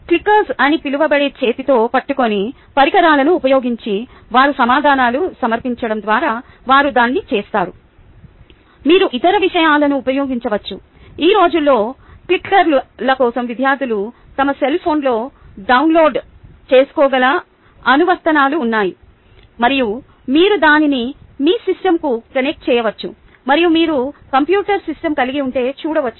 clickers అని పిలువబడే చేతితో పట్టుకున్న పరికరాలను ఉపయోగించి వారి సమాధానాలను సమర్పించడం ద్వారా వారు దీన్ని చేస్తారు మీరు ఇతర విషయాలను ఉపయోగించవచ్చు ఈ రోజుల్లో క్లిక్కర్ల కోసం విద్యార్థులు తమ సెల్ ఫోన్లో డౌన్లోడ్ చేసుకోగల అనువర్తనాలు ఉన్నాయి మరియు మీరు దానిని మీ సిస్టమ్కు కనెక్ట్ చేయవచ్చు మరియు మీరు కంప్యూటర్ సిస్టమ్ కలిగి ఉంటే చూడవచ్చు